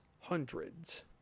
Hundreds